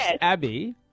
Abby